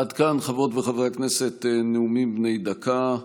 עד כאן, חברות וחברי הכנסת, נאומים בני דקה.